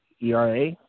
ERA